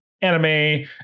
anime